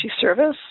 Service